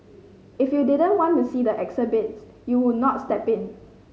if you didn't want to see the exhibits you would not step in